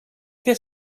què